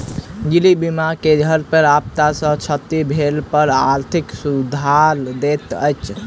गृह बीमा घर के आपदा सॅ क्षति भेला पर आर्थिक सुरक्षा दैत अछि